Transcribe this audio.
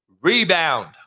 Rebound